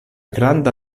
granda